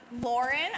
Lauren